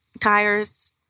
tires